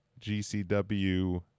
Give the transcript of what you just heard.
GCW